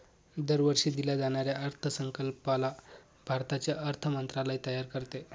दरवर्षी दिल्या जाणाऱ्या अर्थसंकल्पाला भारताचे अर्थ मंत्रालय तयार करते